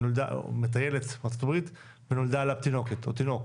או מטיילת בארצות הברית ונולדה לה תינוקת או תינוק,